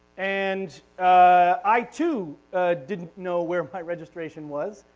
and i too didn't know where my registration was.